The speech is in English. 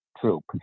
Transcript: troop